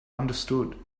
understood